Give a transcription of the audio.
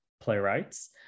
playwrights